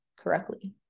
correctly